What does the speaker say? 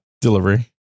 Delivery